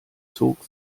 zog